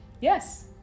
Yes